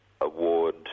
award